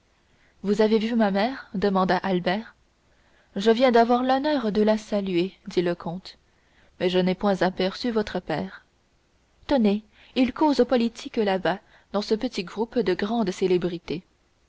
vous avez vu ma mère demanda albert je viens d'avoir l'honneur de la saluer dit le comte mais je n'ai point aperçu votre père tenez il cause politique là-bas dans ce petit groupe de grandes célébrités